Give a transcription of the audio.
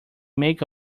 make